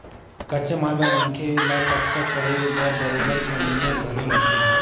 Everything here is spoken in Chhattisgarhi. कच्चा माल बर मनखे ल पक्का करे बर बरोबर कमइया घलो लगथे